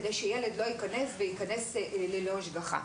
כדי שילד לא ייכנס ללא השגחה.